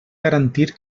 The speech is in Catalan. garantir